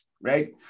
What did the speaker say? right